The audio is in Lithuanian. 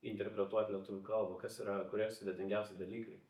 interpretuot lietuvių kalbą kas yra sudėtingiausi dalykai